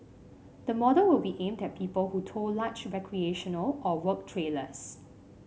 the model will be aimed at people who tow large recreational or work trailers